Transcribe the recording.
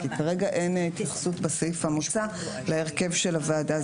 כי כרגע אין התייחסות בסעיף המוצע להרכב הוועדה.